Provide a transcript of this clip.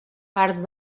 parts